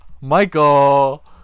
Michael